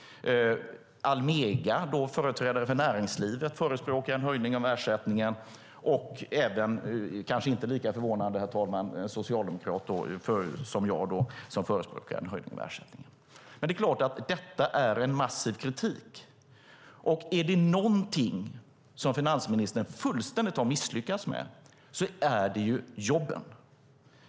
Almega, företrädare för näringslivet, förespråkade en höjning av ersättningen och även, kanske inte lika förvånande, Socialdemokraterna genom mig. Detta är en massiv kritik. Är det något som finansministern har misslyckats med fullständigt är det jobben.